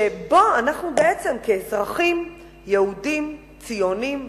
שאותו אנחנו כאזרחים יהודים ציונים,